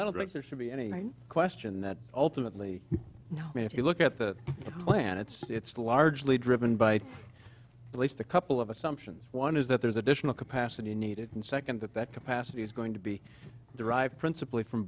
i don't think there should be any question that ultimately you know if you look at the planets it's largely driven by a least a couple of assumptions one is that there's additional capacity needed and second that that capacity is going to be derived principally from